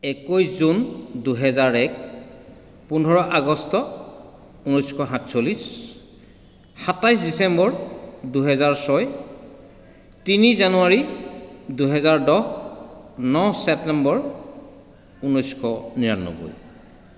একৈছ জুন দুহেজাৰ এক পোন্ধৰ আগষ্ট ঊনৈছশ সাতচল্লিছ সাতাইছ ডিচেম্বৰ দুহেজাৰ ছয় তিনি জানুৱাৰী দুহেজাৰ দহ ন ছেপ্টেম্বৰ ঊনৈছশ নিৰান্নব্বৈ